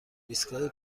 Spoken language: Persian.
ایستگاه